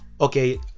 okay